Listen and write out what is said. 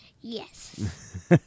Yes